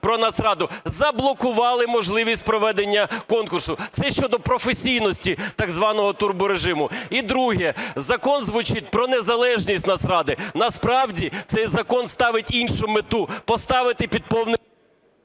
про Нацраду, заблокували можливість проведення конкурсу. Це щодо професійності так званого турборежиму. І друге. Закон звучить – про незалежність Нацради. Насправді цей закон ставить іншу мету – поставити під…